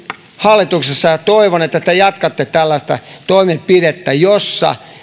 hallituksessa ja toivon että te jatkatte tällaista toimenpidettä jossa